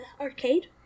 arcade